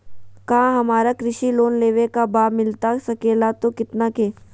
क्या हमारा कृषि लोन लेवे का बा मिलता सके ला तो कितना के?